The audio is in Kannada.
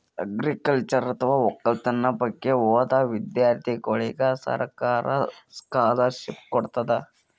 ಅಗ್ರಿಕಲ್ಚರ್ ಅಥವಾ ವಕ್ಕಲತನ್ ಬಗ್ಗೆ ಓದಾ ವಿಧ್ಯರ್ಥಿಗೋಳಿಗ್ ಸರ್ಕಾರ್ ಸ್ಕಾಲರ್ಷಿಪ್ ಕೊಡ್ತದ್